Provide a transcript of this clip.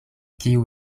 kiu